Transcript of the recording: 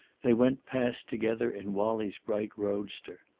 they went past together in wallie's bright roadster.